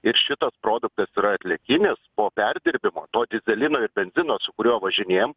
ir šitas produktas yra atliekinis po perdirbimo to dyzelino ir benzino su kuriuo važinėjam